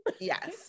Yes